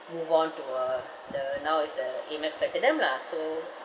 move on to uh the now is the Amex platinum lah so